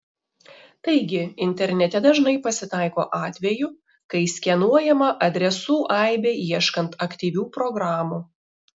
taigi internete dažnai pasitaiko atvejų kai skenuojama adresų aibė ieškant aktyvių programų